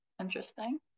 interesting